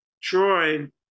Troy